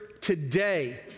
today